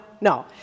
no